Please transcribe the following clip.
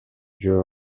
жөө